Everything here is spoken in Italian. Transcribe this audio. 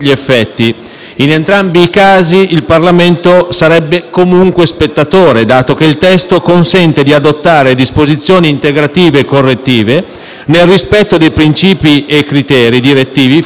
sarebbe comunque spettatore, dato che il testo consente di adottare disposizioni integrative e correttive nel rispetto dei princìpi e dei criteri direttivi fissati, però, dalla legge precedente.